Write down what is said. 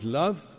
love